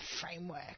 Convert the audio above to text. framework